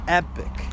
epic